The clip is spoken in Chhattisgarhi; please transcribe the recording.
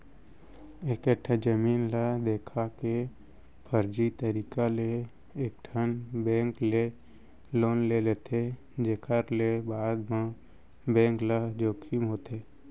एकेठन जमीन ल देखा के फरजी तरीका ले कइठन बेंक ले लोन ले लेथे जेखर ले बाद म बेंक ल जोखिम होथे